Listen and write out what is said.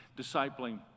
discipling